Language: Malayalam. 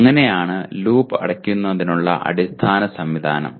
അങ്ങനെയാണ് ലൂപ്പ് അടയ്ക്കുന്നതിനുള്ള അടിസ്ഥാന സംവിധാനം